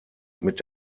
mit